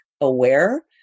aware